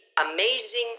amazing